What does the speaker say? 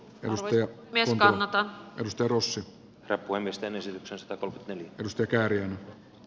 rso ja mies kohottaa turussa tapaamisten esityksestä tolppien pystyy käärii